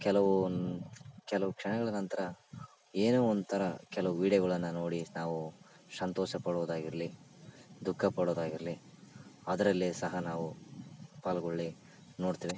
ಕೆಲವು ಒಂದು ಕೆಲವು ಕ್ಷಣಗಳ ನಂತರ ಏನೋ ಒಂಥರ ಕೆಲವು ವಿಡಿಯೋಗಳನ್ನ ನೋಡಿ ನಾವು ಸಂತೋಷ ಪಡುವುದಾಗಿರಲಿ ದುಃಖ ಪಡೋದಾಗಿರಲಿ ಅದರಲ್ಲೇ ಸಹ ನಾವು ಪಾಲ್ಗೊಳ್ಳಿ ನೋಡ್ತೀವಿ